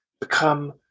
become